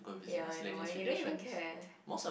yeah I know and you didn't even care